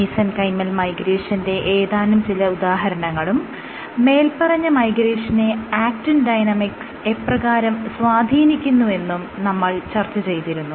mesenchymal മൈഗ്രേഷന്റെ ഏതാനും ചില ഉദാഹരണങ്ങളും മേല്പറഞ്ഞ മൈഗ്രേഷനെ ആക്റ്റിൻ ഡൈനാമിക്സ് എപ്രകാരം സ്വാധീനിക്കുന്നു എന്നും നമ്മൾ ചർച്ച ചെയ്തിരുന്നു